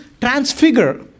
transfigure